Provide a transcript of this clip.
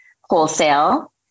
wholesale